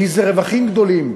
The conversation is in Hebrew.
איזה רווחים גדולים.